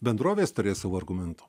bendrovės turės savų argumentų